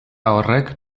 horrek